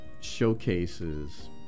showcases